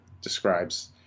describes